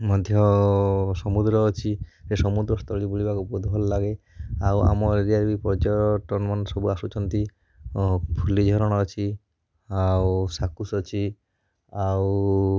ମଧ୍ୟ ସମୁଦ୍ର ଅଛି ସେ ସମୁଦ୍ର ସ୍ଥଳୀ ବୁଲିବାକୁ ବହୁତ ଭଲ ଲାଗେ ଆଉ ଆମ ଏରିଆରେ ବି ପର୍ଯ୍ୟଟନ ମାନ ସବୁ ଆସୁଛନ୍ତି ଆଉ ଫୁଲି ଝରଣା ଅଛି ଆଉ ସାକୁଶ ଅଛି ଆଉ